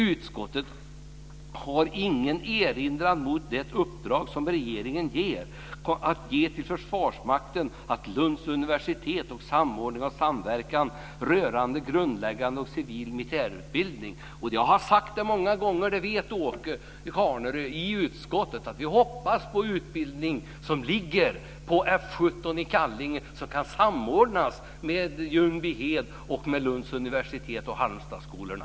Utskottet har ingen erinran mot det uppdrag som regeringen avser att ge till Försvarsmakten och Lunds universitet om samordning och samverkan rörande grundläggande civil och militär flygutbildning." Jag har många gånger i utskottet sagt, vilket Åke Carnerö vet, att vi hoppas på utbildning som ligger på F 17 i Kallinge som kan samordnas med Ljungbyhed och med Lunds universitet och Halmstadsskolorna.